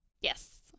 Yes